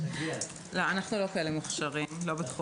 באופן מובהק, אנחנו יודעים שבאופן